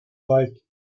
like